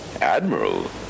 Admiral